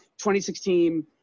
2016